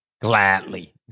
gladly